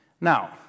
Now